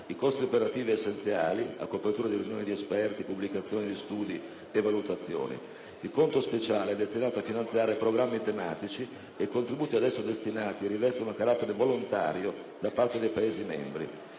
i costi operativi essenziali (a copertura di riunioni di esperti, pubblicazioni di studi e valutazioni); il conto speciale è destinato a finanziare programmi tematici e i contributi ad esso destinati rivestono carattere volontario da parte dei Paesi membri;